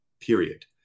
period